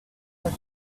the